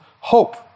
hope